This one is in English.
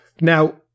now